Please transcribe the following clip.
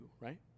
right